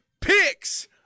Picks